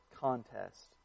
contest